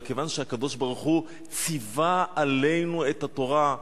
אלא כיוון שהקדוש-ברוך-הוא ציווה עלינו את התורה,